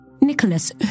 Nicholas